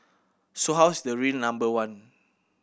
so how is the real number one